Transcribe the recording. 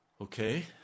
Okay